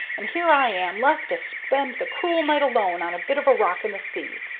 and here i am left to spend the cruel night alone on a bit of a rock in the sea.